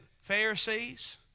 Pharisees